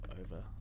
over